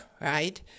right